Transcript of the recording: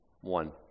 one